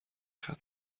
ختنه